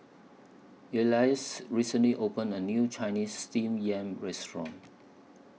Elias recently opened A New Chinese Steamed Yam Restaurant